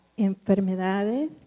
Enfermedades